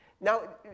Now